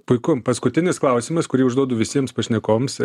puiku paskutinis klausimas kurį užduodu visiems pašnekovams